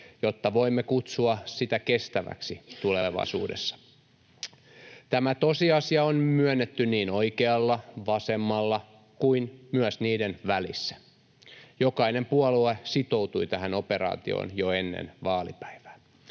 jotta voimme kutsua sitä kestäväksi tulevaisuudessa. Tämä tosiasia on myönnetty niin oikealla, vasemmalla kuin myös niiden välissä. Jokainen puolue sitoutui tähän operaatioon jo ennen vaalipäivää.